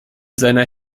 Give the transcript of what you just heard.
seiner